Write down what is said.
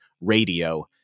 radio